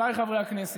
תודה רבה.